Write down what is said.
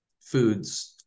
Foods